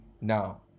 now